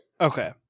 Okay